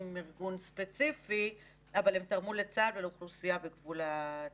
עם ארגון ספציפי אבל תרמו לצה"ל ולאוכלוסייה בגבול הצפון.